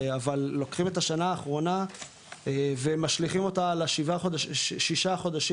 אבל לוקחים את השנה האחרונה ומשליכים אותו לשישה חודשים